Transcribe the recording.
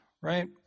right